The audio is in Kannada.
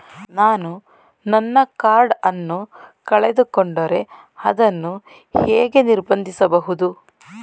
ನಾನು ನನ್ನ ಕಾರ್ಡ್ ಅನ್ನು ಕಳೆದುಕೊಂಡರೆ ಅದನ್ನು ಹೇಗೆ ನಿರ್ಬಂಧಿಸಬಹುದು?